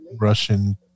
russian